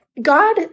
God